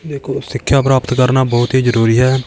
ਦੇਖੋ ਸਿੱਖਿਆ ਪ੍ਰਾਪਤ ਕਰਨਾ ਬਹੁਤ ਹੀ ਜ਼ਰੂਰੀ ਹੈ